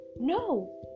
no